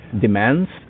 demands